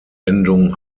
endung